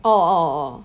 orh orh